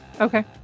Okay